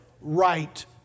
right